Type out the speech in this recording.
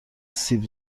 سیب